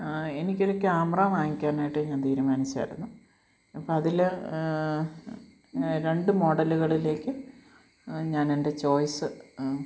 എനിക്കൊരു ക്യാമറ വാങ്ങിക്കാനായിട്ട് ഞാൻ തീരുമാനിച്ചായിരുന്നു അപ്പം അതിൽ രണ്ട് മോഡല്കളിലേക്ക് ഞാനെന്റെ ചോയ്സ്സ്